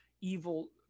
evil